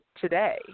today